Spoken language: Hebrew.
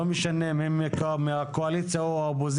לא משנה אם הם מהקואליציה או האופוזיציה,